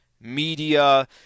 media